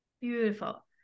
Beautiful